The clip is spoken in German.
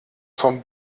vom